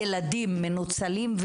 ילדים מנוצלים,